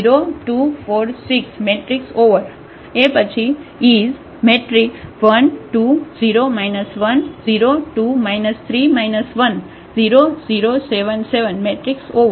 તેથી ક્રમ 3